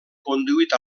conduït